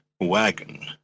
Wagon